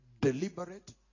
deliberate